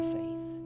faith